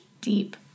deep